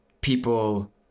People